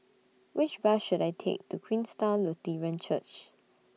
Which Bus should I Take to Queenstown Lutheran Church